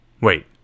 Wait